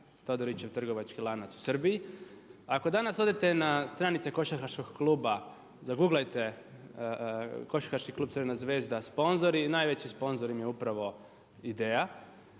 Todorićev trgovački lanac u Srbiji. Ako danas odete na stranice košarkaškog kluba, zaguglajte košarkaški klub Crvena Zvezda sponzori. Najveći sponzor im je upravo IDEA.